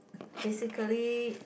basically